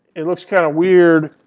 it looks kind of weird,